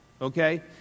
okay